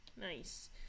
nice